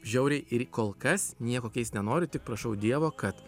žiauriai ir kol kas nieko keist nenoriu tik prašau dievo kad